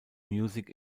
music